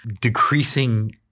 decreasing